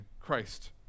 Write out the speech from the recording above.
Christ